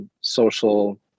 social